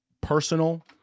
personal